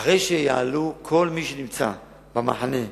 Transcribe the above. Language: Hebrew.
אחרי שיעלו, כל מי שנמצא במחנה בגונדר,